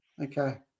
Okay